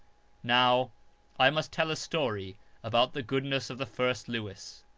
now i must tell a story about the goodness of the first lewis,